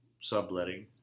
subletting